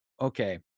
okay